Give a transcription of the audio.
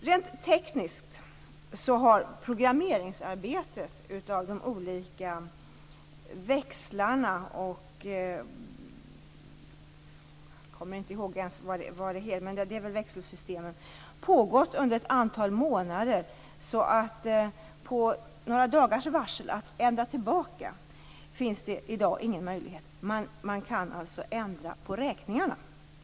Rent tekniskt har arbetet med programmering av de olika växlarna och växelsystemen pågått under ett antal månader. Det finns alltså i dag ingen möjlighet att på några dagars varsel ändra tillbaka. Man kan dock ändra på räkningarna.